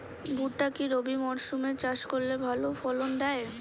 ভুট্টা কি রবি মরসুম এ চাষ করলে ভালো ফলন দেয়?